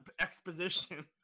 exposition